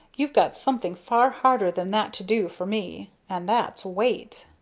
you've got something far harder than that to do for me, and that's wait.